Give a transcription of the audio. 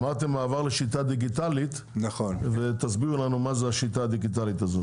אתם מעבר לשיטה דיגיטלית ותסבירו לנו מה זו השיטה הדיגיטלית הזאת.